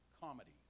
comedy